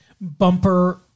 Bumper